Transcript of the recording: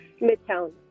Midtown